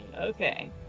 okay